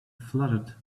fluttered